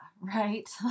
Right